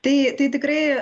tai tai tikrai